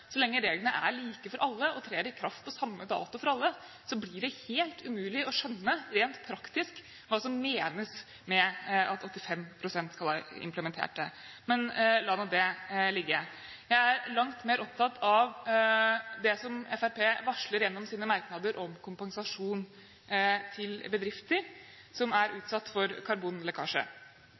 Så lenge reglene er like for alle og trer i kraft på samme dato for alle, blir det helt umulig å skjønne, rent praktisk, hva som menes med at 85 pst. skal være implementert. Men la nå det ligge. Jeg er langt mer opptatt av det som Fremskrittspartiet varsler gjennom sine merknader om kompensasjon til bedrifter som er utsatt for karbonlekkasje.